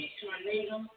tornado